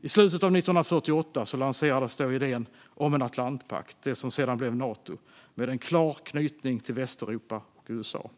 I slutet av 1948 lanserades idén om en Atlantpakt - det som sedan blev Nato - med en klar knytning mellan Västeuropa och USA.